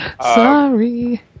Sorry